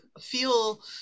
feel